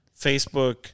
Facebook